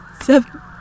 seven